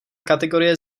kategorie